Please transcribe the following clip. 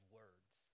words